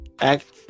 Act